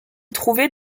trouver